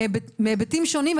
בהיבטים שונים,